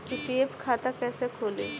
PPF खाता कैसे खुली?